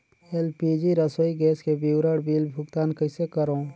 LPG रसोई gas के विवरण बिल भुगतान कइसे करों?